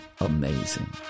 amazing